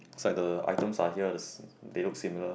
is like the items are here's they look similar